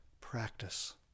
practice